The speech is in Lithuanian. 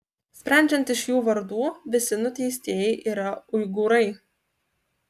sprendžiant iš jų vardų visi nuteistieji yra uigūrai